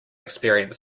experience